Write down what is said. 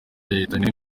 yahitanywe